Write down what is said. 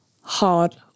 hard